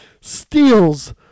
steals